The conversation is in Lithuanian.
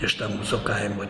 iš ta mūsų kaimo